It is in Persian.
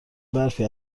برفی